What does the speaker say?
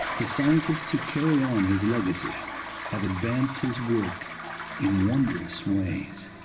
the scientists who carry on his legacy have advanced his work in wondrous ways.